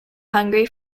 hungry